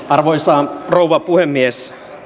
arvoisa rouva puhemies